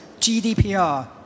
GDPR